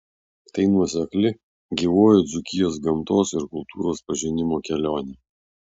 tai nuosekli gyvoji dzūkijos gamtos ir kultūros pažinimo kelionė